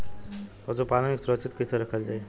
पशुपालन के सुरक्षित कैसे रखल जाई?